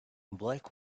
black